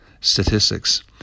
statistics